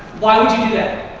why would you do that?